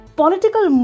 political